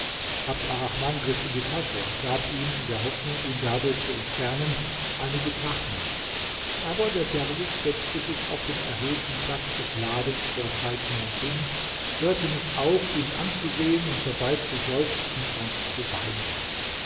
arrahman griff in die tasche und gab ihm in der hoffnung ihn dadurch zu entfernen einige drachmen aber der derwisch setzte sich auf den erhöhten platz des ladens vor zeitmond hin hörte nicht auf ihn anzusehen und dabei zu seufzen und zu weinen